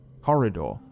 corridor